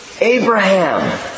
Abraham